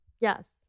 Yes